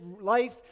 life